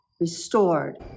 restored